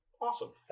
Awesome